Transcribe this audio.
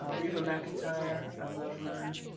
ah reba mcentire i've loved her